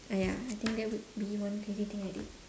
uh ya I think that would be one crazy thing already